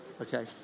Okay